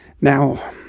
Now